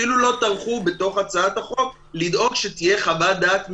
אפילו לא טרחו בתוך הצעת החוק לדאוג שתהיה חוות דעת מקצועית,